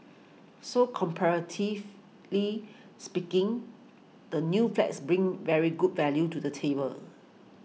so comparatively speaking the new flats bring very good value to the table